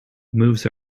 moves